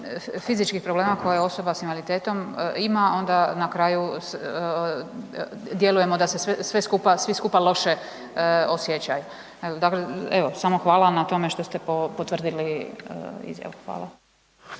fizičkih problema koje osoba s invaliditetom ima onda na kraju djelujemo da se svi skupa loše osjećamo. Evo, samo hvala vam na tome što ste potvrdili izjavu. Hvala.